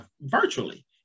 virtually